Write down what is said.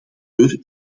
deur